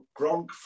Gronk